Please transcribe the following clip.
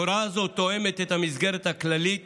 הוראה זו תואמת את המסגרת הכללית